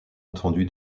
entendue